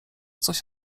coś